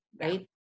right